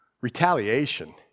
Retaliation